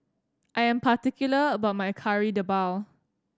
I am particular about my Kari Debal